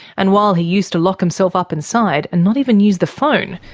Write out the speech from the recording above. and while he used to lock himself up inside and not even use the phone,